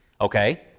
Okay